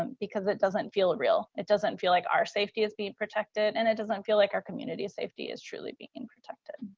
um because it doesn't feel real. it doesn't feel like our safety is being protected. and it doesn't feel like our community safety is truly being protected.